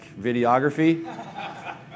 videography